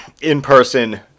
in-person